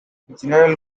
general